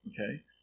okay